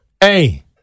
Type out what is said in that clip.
Hey